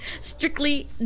strictly